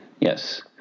Yes